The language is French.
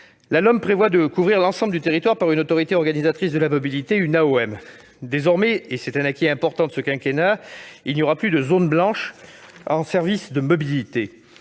La LOM prévoit de couvrir l'ensemble du territoire par une autorité organisatrice de la mobilité, une AOM. Désormais, et c'est un acquis important de ce quinquennat, il n'y aura plus de zone blanche en ce qui concerne la mobilité.